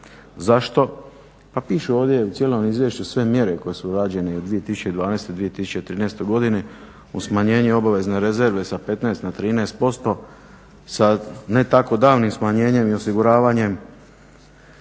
Zašto? Pa piše ovdje u cijelom izvješću sve mjere koji su rađene od 2012., 2013. godini o smanjenju obavezne rezerve sa 15 na 13% sa ne tako davnim smanjenjem i osiguravanjem